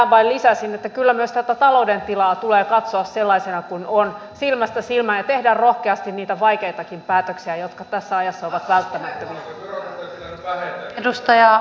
tähän vain lisäisin että kyllä myös tätä talouden tilaa tulee katsoa sellaisena kuin se on silmästä silmään ja tehdä rohkeasti niitä vaikeitakin päätöksiä jotka tässä ajassa ovat välttämättömiä